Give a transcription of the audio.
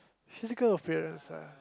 physical appearance ah